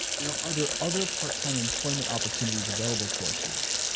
now are there other part-time employment opportunities available too our students?